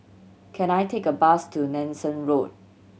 can I take a bus to Nanson Road